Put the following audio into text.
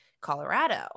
Colorado